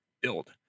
build